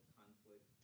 conflict